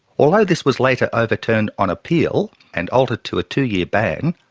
although this was later overturned on appeal and altered to a two year ban,